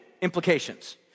implications